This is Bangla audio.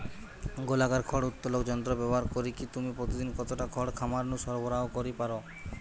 গোলাকার খড় উত্তোলক যন্ত্র ব্যবহার করিকি তুমি প্রতিদিন কতটা খড় খামার নু সরবরাহ করি পার?